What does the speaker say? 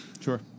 sure